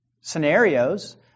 scenarios